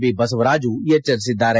B Basavaraju ಎಚ್ವರಿಸಿದ್ದಾರೆ